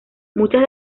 muchas